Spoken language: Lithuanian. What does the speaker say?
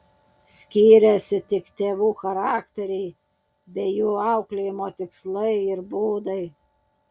skyrėsi tik tėvų charakteriai bei jų auklėjimo tikslai ir būdai